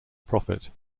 profit